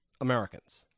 Americans